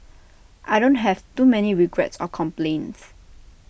I don't have too many regrets or complaints